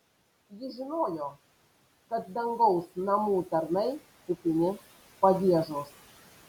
ji žinojo kad dangaus namų tarnai kupini pagiežos